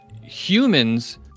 humans